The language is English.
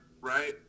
right